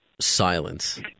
Silence